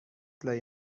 لای